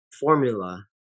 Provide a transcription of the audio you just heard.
formula